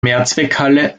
mehrzweckhalle